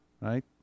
right